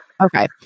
Okay